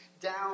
down